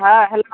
हँ हेलो